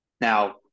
Now